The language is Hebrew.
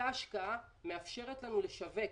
אותה השקעה מאפשרת לנו לשווק,